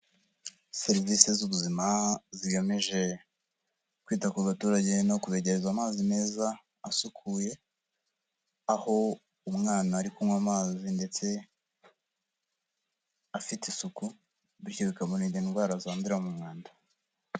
Serivisi z'ubuzima zigamije kwita ku baturage no kubegereza amazi meza, asukuye, aho umwana ari kunywa amazi ndetse afite isuku, bityo bikamurinda indwara zandurira mu mwanda.